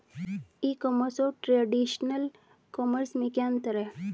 ई commerce और traditional commerce में क्या अंतर है?